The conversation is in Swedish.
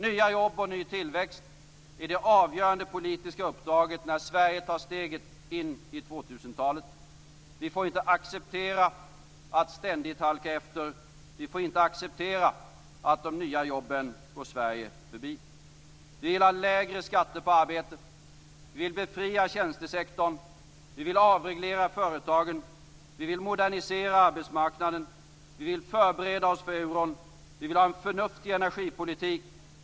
Nya jobb och ny tillväxt är det avgörande politiska uppdraget när Sverige tar steget in i 2000-talet. Vi får inte acceptera att ständigt halka efter. Vi får inte acceptera att de nya jobben går Sverige förbi. Vi vill ha lägre skatter på arbete. Vi vill befria tjänstesektorn. Vi vill avreglera företagen. Vi vill modernisera arbetsmarknaden. Vi vill förbereda oss för euron. Vi vill ha en förnuftig energipolitik.